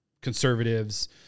conservatives